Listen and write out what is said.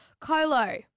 Colo